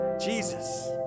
Jesus